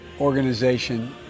organization